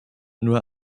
nur